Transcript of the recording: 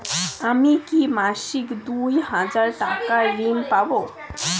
আমি কি মাসিক দুই হাজার টাকার ঋণ পাব?